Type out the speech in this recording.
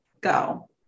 go